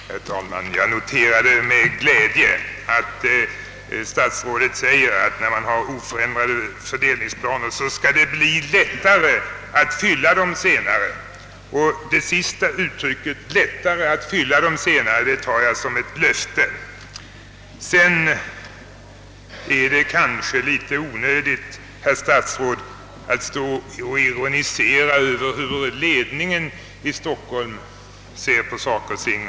Herr talman! Jag noterar med glädje att herr statsrådet säger att med oförändrade fördelningsplaner blir det lättare att fylla dem senare. Detta tar jag som ett löfte. Det är helt onödigt, herr statsråd, att ironisera över hur ledningen i Stockholm ser på saker och ting.